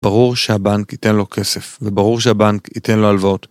ברור שהבנק ייתן לו כסף, וברור שהבנק ייתן לו הלוואות.